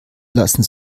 lassen